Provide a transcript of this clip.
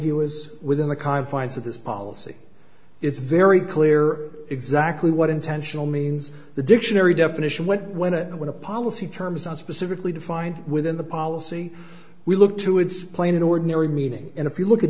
it was within the confines of this policy it's very clear exactly what intentional means the dictionary definition when when it when a policy terms are specifically defined within the policy we look to its plain ordinary meaning and if you look at